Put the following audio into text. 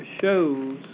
shows